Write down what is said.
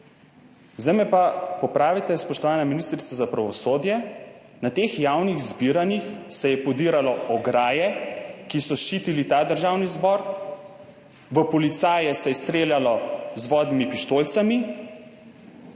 Zdaj me pa popravite, spoštovana ministrica za pravosodje, na teh javnih zbiranjih se je podiralo ograje, ki so ščitile Državni zbor. V policaje se je streljalo z vodnimi pištolicami,